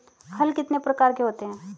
हल कितने प्रकार के होते हैं?